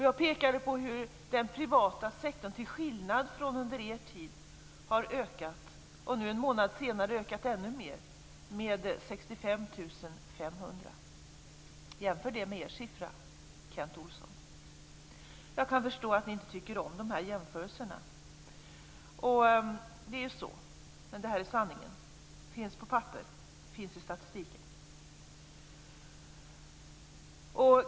Jag pekade på hur den privata sektorn, till skillnad från under er tid, hade ökat och nu en månad senare har ökat ännu mer, nämligen med 65 500. Jämför det med ert tal, Kent Olsson! Jag kan förstå att ni inte tycker om dessa jämförelser, men det är sanningen. Det finns på papper och i statistiken.